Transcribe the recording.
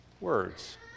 words